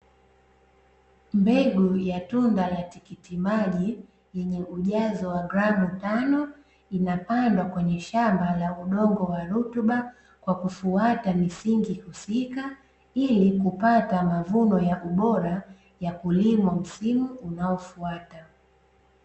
Mbegu ya tunda la tikitimaji yenye ujazo wa gramu tano, inapandwa kwenye shamba la udongo wa rutuba, kwa kufuata misingi husika ili kupata mavuno ya ubora ya kulimwa msimu unaofuata.